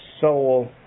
soul